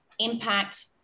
impact